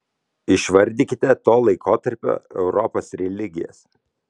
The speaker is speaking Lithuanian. išvardykite to laikotarpio europos religijas